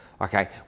Okay